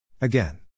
Again